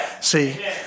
See